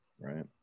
right